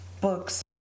books